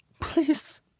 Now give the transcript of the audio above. Please